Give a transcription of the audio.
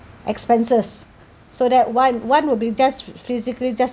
expenses so that one one will be just physically just